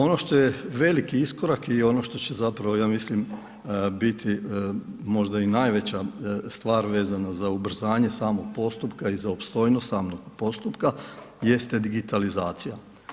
Ono što je veliki iskorak i ono što će ja mislim biti možda i najveća stvar vezano za ubrzanje samog postupka i za opstojnost samog postupka jeste digitalizacija.